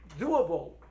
doable